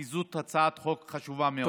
כי זאת הצעת חוק חשובה מאוד.